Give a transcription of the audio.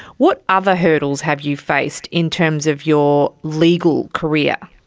what other hurdles have you faced in terms of your legal career?